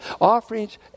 Offerings